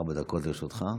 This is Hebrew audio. ארבע דקות לרשותך,